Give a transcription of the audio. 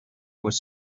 was